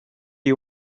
you